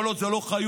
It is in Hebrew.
כל עוד זה לא חיות